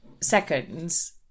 seconds